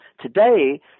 today